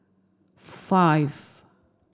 five